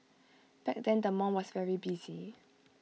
back then the mall was very busy